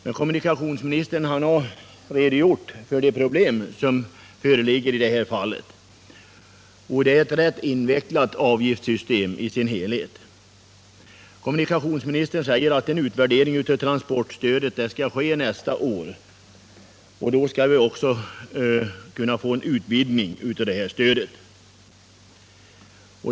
Men kommunikationsministern har redogjort för de problem som föreligger på detta område, och jag vill understryka att det är fråga om ett rätt invecklat avgiftssystem. Kommunikationsminstern säger att en utvärdering av transportstödet skall ske nästa år och att stödet då också skall kunna utvidgas.